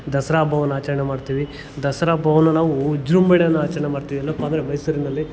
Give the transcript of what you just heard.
ದಸರಾ ಹಬ್ಬವನ್ನ ಆಚರಣೆ ಮಾಡ್ತೀವಿ ದಸರಾ ಹಬ್ಬವನ್ನು ನಾವು ವಿಜೃಂಭಣೆಯಿಂದ ಆಚರಣೆ ಮಾಡ್ತೀವಿ ಎಲ್ಲಪ್ಪ ಅಂದರೆ ಮೈಸೂರಿನಲ್ಲಿ